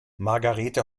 margarethe